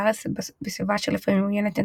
היכל בעבר היו מאוחסנים חפצי הקודש,